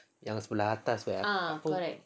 yang sebelah atas tu eh